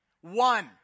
One